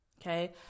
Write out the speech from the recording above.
Okay